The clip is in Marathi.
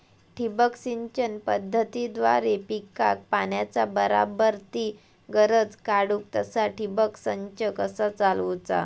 ठिबक सिंचन पद्धतीद्वारे पिकाक पाण्याचा बराबर ती गरज काडूक तसा ठिबक संच कसा चालवुचा?